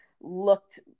looked